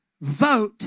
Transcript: vote